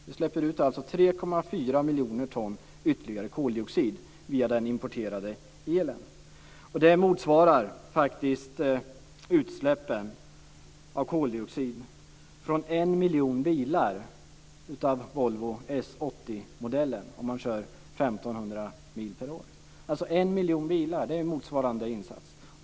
Vi släpper alltså ut ytterligare 3,4 miljoner ton koldioxid via den importerade elen. Det motsvarar utsläppen av koldioxid från 1 miljon bilar av Volvo S 80-modellen om de körs 1 500 mil per år.